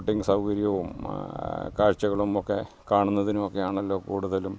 boating സൗകര്യവും കാഴ്ചകളുമൊക്കെ കാണുന്നതിനും ഒക്കെ ആണല്ലോ കൂടുതലും